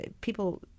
people